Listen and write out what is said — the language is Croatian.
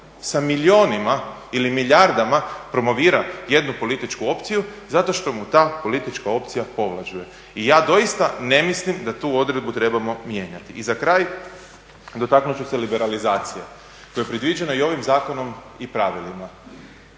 sa milijunima ili milijardama promovira jednu političku opciju zato što mu ta politička opcija povlađuje. I ja doista ne mislim da tu odredbu trebamo mijenjati. I za kraj dotaknut ću se liberalizacije koja je predviđena i ovim zakonom i pravilima.